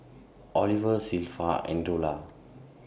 Oliver Zilpha and Dola